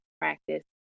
practice